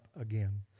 again